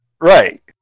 Right